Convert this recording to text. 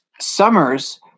Summers